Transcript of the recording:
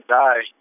die